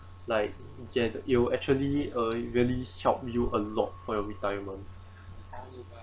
like get you'll actually uh really help you a lot for your retirement